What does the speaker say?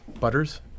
Butters